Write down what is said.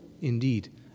indeed